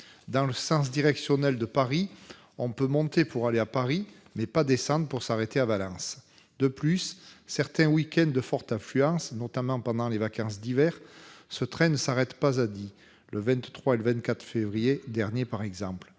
gares de Veynes et de Gap. Vers Paris, on peut monter pour aller à Paris, mais pas descendre pour s'arrêter à Valence. De plus, certains week-ends de forte affluence, notamment pendant les vacances d'hiver, ce train ne s'arrête pas à Die, comme cela a été le cas les 23 et 24 février dernier, par exemple.